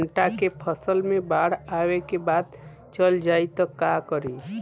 भुट्टा के फसल मे बाढ़ आवा के बाद चल जाई त का करी?